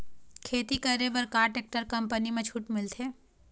खेती करे बर का टेक्टर कंपनी म छूट मिलथे?